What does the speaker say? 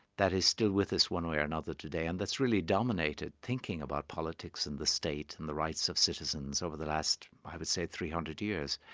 that is still with us one way or another today, and that's really dominated thinking about politics and the state and the rights of citizens over the last, i would say, three hundred years.